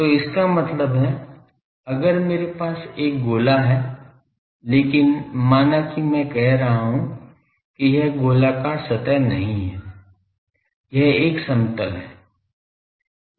तो इसका मतलब है अगर मेरे पास एक गोला है लेकिन माना कि मैं कह रहा हूं कि यह गोलाकार सतह नहीं है यह एक समतल है